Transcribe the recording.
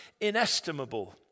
inestimable